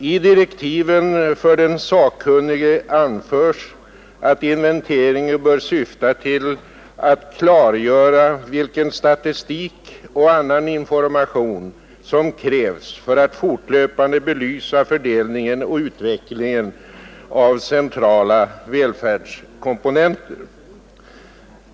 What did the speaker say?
I direktiven för den sakkunnige anförs att inventeringen bör syfta till att klargöra vilken statistik och annan information som krävs för att fortlöpande belysa fördelningen och utvecklingen av centrala välfärdskomponenter.